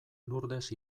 lurdes